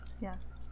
Yes